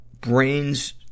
brains